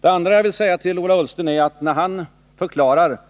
Det andra jag vill säga till Ola Ullsten är att när han förklarar